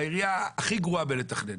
העיריה הכי גרועה בלתכנן.